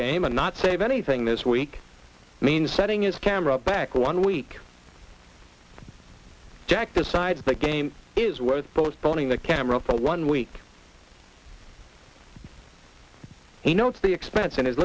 and not save anything this week means setting his camera back one week jack decides the game is worth postponing the camera for one week he notes the expense in his